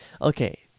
okay